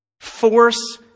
Force